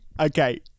Okay